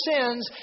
sins